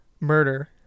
murder